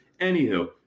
Anywho